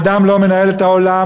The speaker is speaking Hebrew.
האדם לא מנהל את העולם,